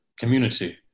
community